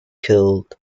killed